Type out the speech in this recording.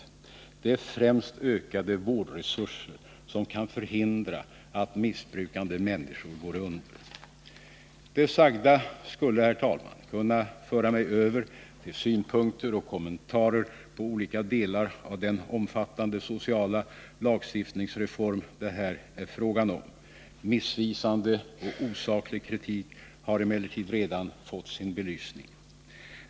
Främst gäller det behovet av ökade vårdresurser för att förhindra att missbrukande människor går under. Det sagda skulle, herr talman, kunna föra mig över till att anlägga synpunkter och att lämna kommentarer beträffande olika delar av den omfattande sociala lagstiftningsreform som det här är fråga om. Missvisande och osaklig kritik har emellertid redan fått sin belysning.